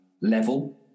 level